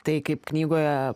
tai kaip knygoje